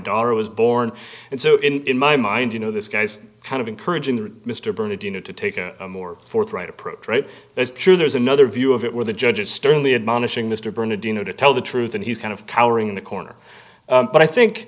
daughter was born and so in my mind you know this guy's kind of encouraging that mr bernardino to take a more forthright approach it's true there's another view of it where the judge sternly admonishing mr bernardino to tell the truth and he's kind of cowering in the corner but i think